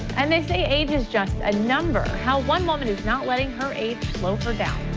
and they say age is just a number. how one woman is not letting her age slow her down.